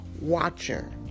watcher